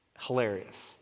hilarious